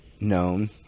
known